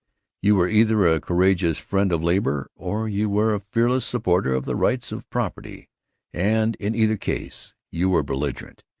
you were either a courageous friend of labor, or you were a fearless supporter of the rights of property and in either case you were belligerent,